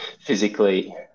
physically